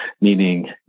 meaning